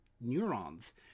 neurons